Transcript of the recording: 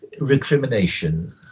recrimination